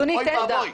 אוי ואבוי.